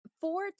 four